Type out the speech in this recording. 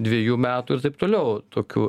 dviejų metų ir taip toliau tokių